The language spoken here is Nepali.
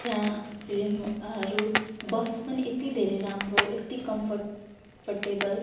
त्यहाँ फिल्महरू बस पनि यत्ति धेरै राम्रो यत्ति कम्फर्ट कम्फर्टेबल